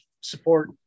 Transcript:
support